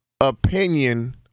opinion